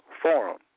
Forum